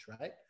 right